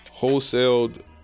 wholesaled